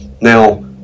Now